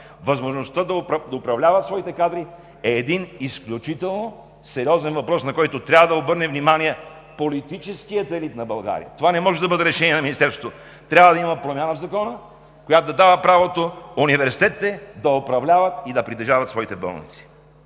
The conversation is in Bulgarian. възможността им да управляват своите кадри е един изключително сериозен въпрос, на който политическият елит на България трябва да обърне внимание. Това не може да бъде решение на Министерството. Трябва да има промяна в Закона, която да дава правото университетите да управляват и да притежават своите болници.